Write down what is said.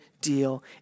deal